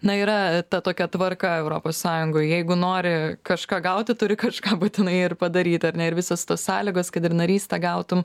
na yra ta tokia tvarka europos sąjungoj jeigu nori kažką gauti turi kažką būtinai ir padaryt ar ne ir visos tos sąlygos kad ir narystę gautum